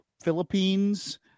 Philippines